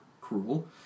cruel